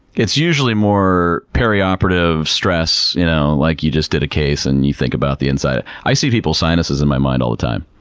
it's usually more perioperative stress. you know, like you just did a case and you think about the inside. i see people's sinuses in my mind all the time.